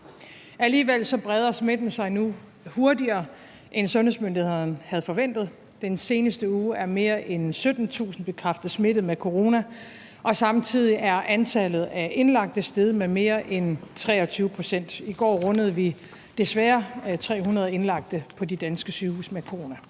Alligevel breder smitten sig nu hurtigere, end sundhedsmyndighederne havde forventet. I den seneste uge er mere end 17.000 bekræftet smittet med corona, og samtidig er antallet af indlagte steget med mere end 23 pct. I går rundede vi desværre 300 indlagte med corona på de danske sygehuse.